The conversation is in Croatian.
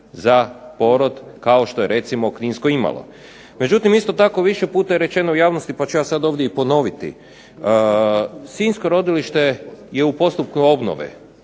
za porod kao što je recimo kninsko imalo. Međutim, isto tako više puta je rečeno u javnosti, pa ću ja sad ovdje i ponoviti. Sinjsko rodilište je u postupku obnove